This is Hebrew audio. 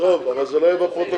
השעה 16:00. זה לא יהיה בפרוטוקול.